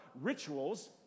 rituals